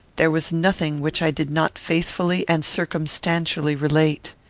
there was nothing which i did not faithfully and circumstantially relate.